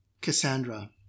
Cassandra